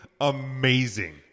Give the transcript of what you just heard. amazing